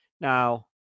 Now